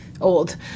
old